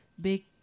big